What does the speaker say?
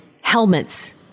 helmets